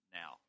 now